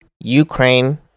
Ukraine